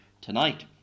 tonight